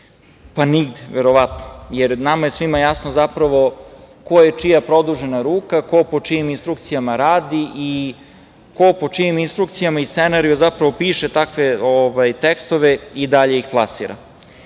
Pa, nigde, verovatno. Nama je svima jasno ko je čija produžena ruka, ko po čijim instrukcijama radi i ko po čijim instrukcijama i scenarijima piše takve tekstove i dalje ih plasira. Naravno,